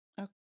Okay